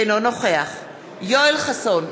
אינו נוכח יואל חסון,